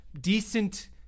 decent